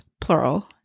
Plural